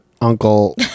uncle